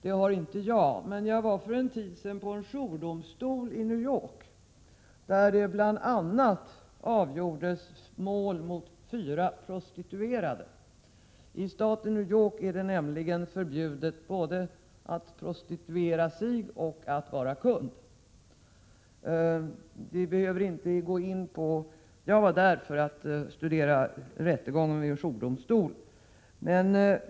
Det har inte jag, men jag var för en tid sedan i New York för att studera rättegångar i jourdomstol, och jag fick då bl.a. vara med om att det avgjordes mål mot fyra prostituerade. I staten New York är det nämligen förbjudet både att prostituera sig och att vara kund.